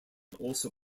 also